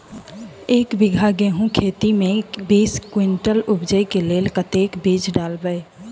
एक बीघा गेंहूँ खेती मे बीस कुनटल उपजाबै केँ लेल कतेक बीज डालबै?